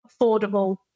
affordable